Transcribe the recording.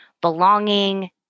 belonging